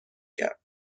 کرد